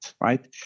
right